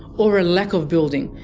or a lack of building,